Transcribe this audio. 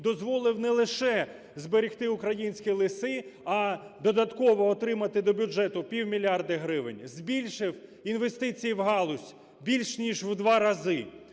дозволив не лише зберегти українські ліси, а додатково отримати до бюджету півмільярда гривень, збільшив інвестиції в галузь більш ніж у два рази,